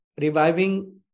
reviving